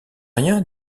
rien